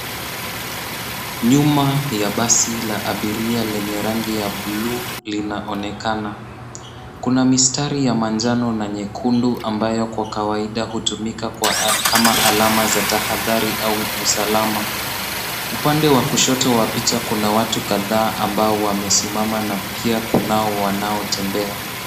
Nyuma ya basi la abiria lenye rangi ya buluu linaonekana. Kuna mistari ya manjano na nyekundu ambayo kwa kawaida hutumika kama alama za tahadhari au usalama. Upande wa kushoto wa picha kuna watu kadhaa ambao wamesimama na pia kunao wanaotembea.